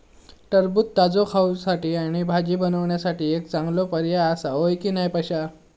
टरबूज ताजो खाऊसाठी किंवा भाजी बनवूसाठी एक चांगलो पर्याय आसा, होय की नाय पश्या?